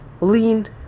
lean